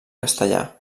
castellà